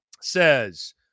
says